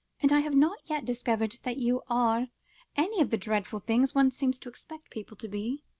and i have not yet discovered that you are any of the dreadful things one seems to expect people to be.